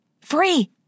Free